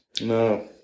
No